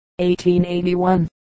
1881